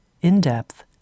in-depth